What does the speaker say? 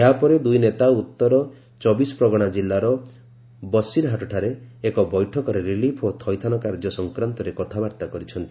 ଏହାପରେ ଦୂଇ ନେତା ଉତ୍ତର ଚବିଶ ପ୍ରଗଣା ଜିଲ୍ଲାର ବଶିରହାଟଠାରେ ଏକ ବୈଠକରେ ରିଲିଫ ଓ ଥଇଥାନ କାର୍ଯ୍ୟ ସଂକ୍ରାନ୍ତରେ କଥାବାର୍ତ୍ତା କରିଛନ୍ତି